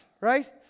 right